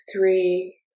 three